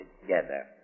together